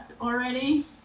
already